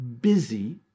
busy